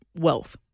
wealth